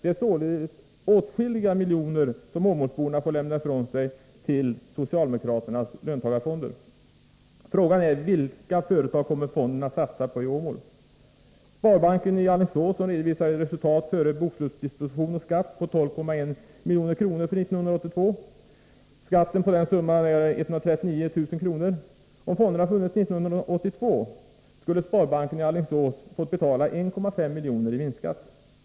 Det är således åtskilliga miljoner som åmålsborna får lämna ifrån sig till socialdemokraternas löntagarfonder. Frågan är: Vilka företag kommer fonden att satsa på i Åmål? Sparbanken i Alingsås redovisar ett resultat före bokslutsdisposition och skatt på 12,1 milj.kr. för 1982. Skatten på denna summa är 139 000 kr. Om fonderna funnits 1982 skulle sparbanken i Alingsås ha fått betala 1,5 milj.kr. i vinstskatt.